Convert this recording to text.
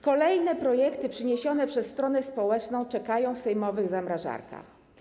Kolejne projekty przyniesione przez stronę społeczną czekają w sejmowych zamrażarkach.